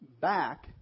back